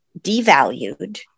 devalued